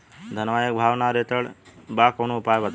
धनवा एक भाव ना रेड़त बा कवनो उपाय बतावा?